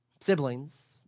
Siblings